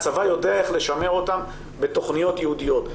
הצבא יודע איך לשמר אותם בתכניות ייעודיות.